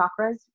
chakras